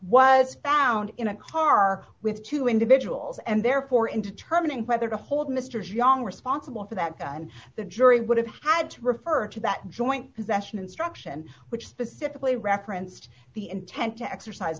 was found in a car with two individuals and therefore in determining whether to hold mr jiang responsible for that gun the jury would have had to refer to that joint possession instruction which specifically referenced the intent to exercise